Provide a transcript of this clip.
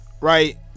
right